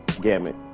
gamut